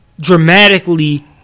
Dramatically